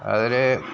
അതില്